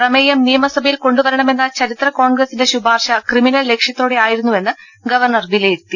പ്രമേയം നിയമസഭയിൽ കൊണ്ടുവരണമെന്ന ചരിത്ര കോൺഗ്രസിന്റെ ശുപാർശ ക്രിമിനൽ ലക്ഷ്യത്തോടെ ആയിരു ന്നുവെന്ന് ഗവർണർ വിലയിരുത്തി